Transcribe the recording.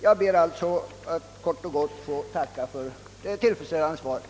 Jag ber än en gång att få tacka för det tillfredsställande svaret.